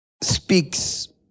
speaks